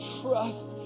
trust